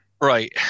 Right